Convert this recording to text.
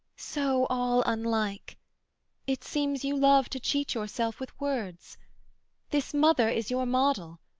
so all unlike it seems you love to cheat yourself with words this mother is your model.